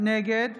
נגד